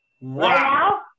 Wow